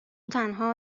تنها